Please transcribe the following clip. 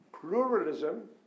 Pluralism